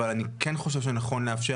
אבל מן ההגינות אני כן חושב שנכון לאפשר